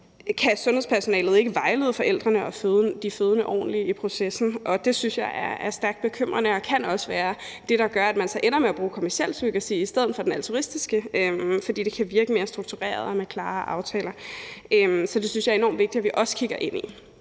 kan sundhedspersonalet ikke vejlede forældrene og de fødende ordentligt i processen, og det synes jeg er stærkt bekymrende, og det kan også være det, der gør, at man så ender med at bruge kommerciel surrogati i stedet for den altruistiske, fordi det kan virke mere struktureret og med klarere aftaler. Så det synes jeg er enormt vigtigt at vi også kigger ind i.